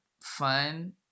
fun